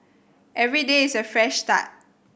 every day is a fresh start